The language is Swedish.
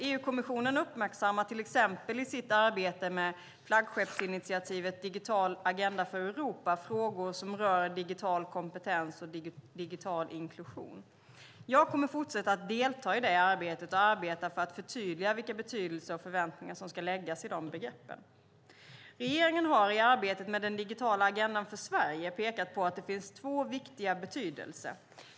EU-kommissionen uppmärksammar till exempel i sitt arbete med flaggskeppsinitiativet Digital agenda för Europa frågor som rör digital kompetens och digital inklusion. Jag kommer att fortsätta att delta i det arbetet och arbeta för att förtydliga vilka betydelser och förväntningar som ska läggas i de begreppen. Regeringen har i arbetet med den digitala agendan för Sverige pekat på att det finns två viktiga betydelser.